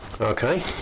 okay